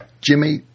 Jimmy